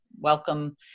welcome